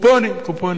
קופונים, קופונים.